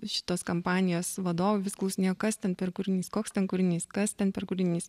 šitos kampanijos vadovo vis klausinėjo kas ten per kūrinys koks ten kūrinys kas ten per kūrinys